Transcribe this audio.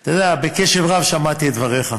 אתה יודע, בקשב רב שמעתי את דבריך.